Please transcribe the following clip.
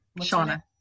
Shauna